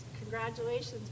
congratulations